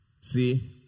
see